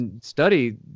study